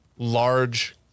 Large